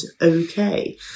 okay